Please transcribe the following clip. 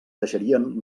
deixarien